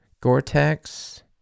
Gore-Tex